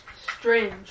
strange